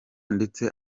ndetse